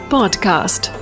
Podcast